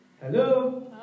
Hello